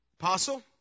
Apostle